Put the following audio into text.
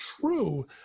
true